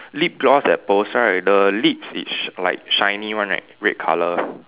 lip gloss that poster right the lips is like shiny one right red colour